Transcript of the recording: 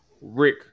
Rick